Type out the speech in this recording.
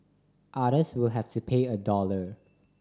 others will have to pay a dollar